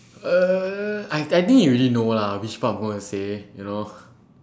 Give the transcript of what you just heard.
uh I I think you already know lah which part I am going to say you know